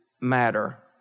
matter